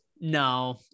No